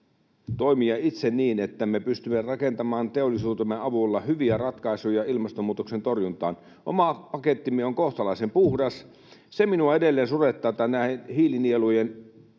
toimia itse niin, että me pystymme rakentamaan teollisuutemme avulla hyviä ratkaisuja ilmastonmuutoksen torjuntaan. Oma pakettimme on kohtalaisen puhdas. Se minua edelleen surettaa, että hiilinielujen